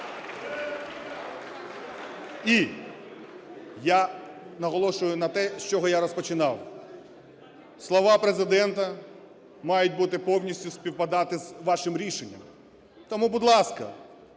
І я наголошую на те, з чого я розпочинав. Слова Президента мають бути повністю співпадати з вашим рішенням. Тому, будь ласка,